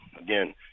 again